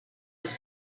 was